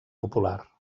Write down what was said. popular